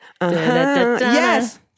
Yes